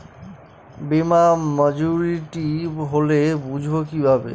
বীমা মাচুরিটি হলে বুঝবো কিভাবে?